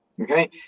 Okay